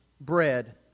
bread